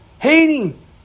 hating